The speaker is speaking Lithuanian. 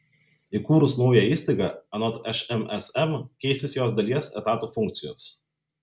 įkūrus naują įstaigą anot šmsm keisis jos dalies etatų funkcijos